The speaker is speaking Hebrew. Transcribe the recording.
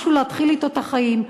משהו להתחיל אתו את החיים,